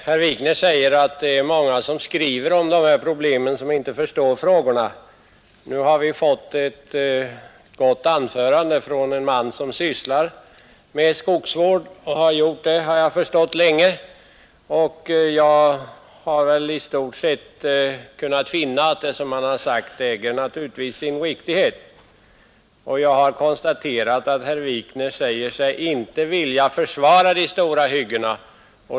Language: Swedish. Herr talman! Herr Wikner sade att många som skriver om dessa problem inte förstår frågorna. Nu har vi fått höra ett gott anförande från en man som sysslar med skogsvård och som enligt vad jag förstått har gjort det länge. Jag har i stort sett kunnat finna att det han sagt naturligtvis äger sin riktighet, och jag konstaterar att herr Wikner säger sig inte vilja försvara de stora hyggena.